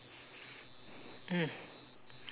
mm